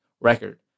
record